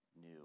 new